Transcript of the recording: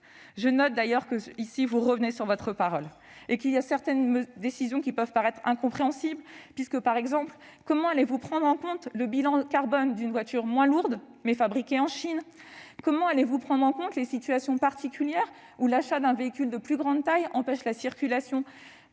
Je note d'ailleurs que, en la matière, vous revenez sur votre parole. Certaines décisions peuvent paraître incompréhensibles ; par exemple, comment allez-vous prendre en compte le bilan carbone d'une voiture moins lourde, mais fabriquée en Chine ? Comment allez-vous prendre en compte les situations particulières où l'achat d'un véhicule de plus grande taille empêche la circulation